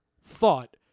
thought